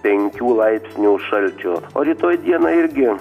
penkių laipsnių šalčio o rytoj dieną irgi